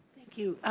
thank you.